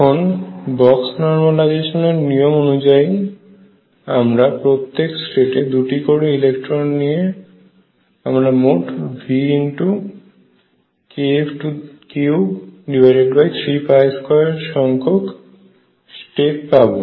এখন box normalisation এর নিয়ম অনুযায়ী আমরা প্রত্যেকটি স্টেটে দুটি করে ইলেকট্রন নিয়ে আমরা মোট VkF332 সংখ্যক স্টেট পাব